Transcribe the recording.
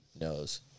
knows